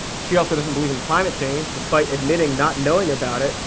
she also doesn't believe in climate change despite admitting not knowing about it,